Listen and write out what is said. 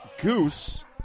goose